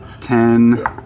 ten